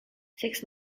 six